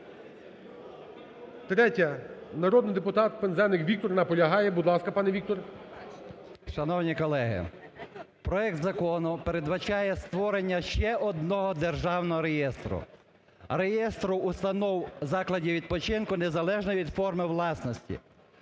3-я. народний депутат Пинзеник Віктор. Наполягає. Будь ласка, пане Віктор. 16:41:21 ПИНЗЕНИК В.М. Шановні колеги, проект закону передбачає створення ще одного державного реєстру – реєстру установ закладів відпочинку незалежно від форми власності.